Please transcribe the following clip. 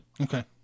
Okay